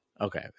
Okay